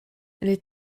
les